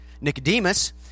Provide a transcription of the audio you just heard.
Nicodemus